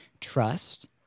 trust